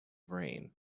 brain